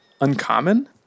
uncommon